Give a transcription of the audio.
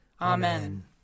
Amen